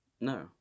No